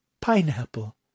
Pineapple